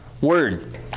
word